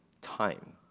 time